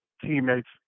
teammates